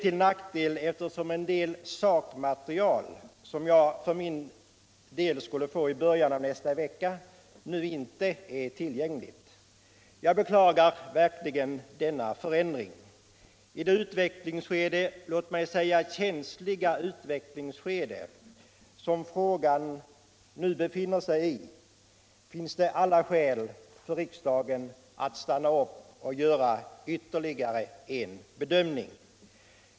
I det utvecklingsskede — låt mig säga känsliga utvecklingsskede - som [rågan nu befinner sig i finns det alla skäl för riksdagen att stanna upp och göra en ytterligare bedömning.